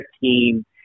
team